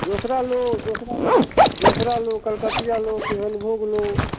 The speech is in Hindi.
दूसरा लो दूसरा में तो दूसरा लो कलकतिया लो किसनभोग लो